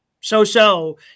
so-so